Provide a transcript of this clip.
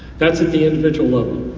that's at the individual level.